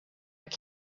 out